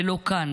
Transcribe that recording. ולא כאן,